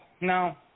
no